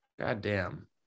Goddamn